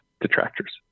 detractors